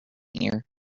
here